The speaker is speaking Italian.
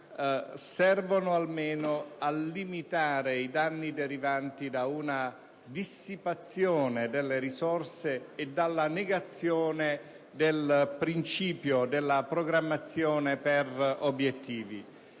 serve quanto meno a limitare i danni derivanti da una dissipazione delle risorse e dalla negazione del principio della programmazione per obiettivi,